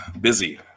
Busy